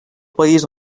país